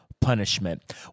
Punishment